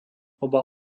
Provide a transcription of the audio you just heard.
obal